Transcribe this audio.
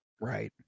right